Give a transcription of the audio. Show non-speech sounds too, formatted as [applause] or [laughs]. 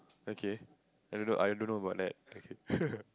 okay I don't know I don't know about that okay [laughs]